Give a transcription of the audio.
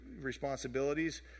responsibilities